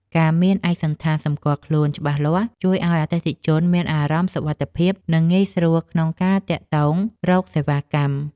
ការមានឯកសណ្ឋានសម្គាល់ខ្លួនច្បាស់លាស់ជួយឱ្យអតិថិជនមានអារម្មណ៍សុវត្ថិភាពនិងងាយស្រួលក្នុងការទាក់ទងរកសេវាកម្ម។